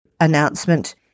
announcement